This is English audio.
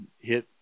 hit